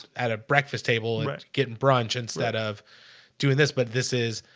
at a breakfast table and getting brunch instead of doing this. but this is